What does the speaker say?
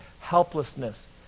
helplessness